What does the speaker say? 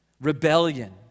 rebellion